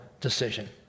decision